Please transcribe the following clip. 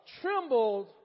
trembled